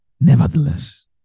Nevertheless